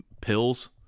pills